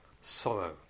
Sorrow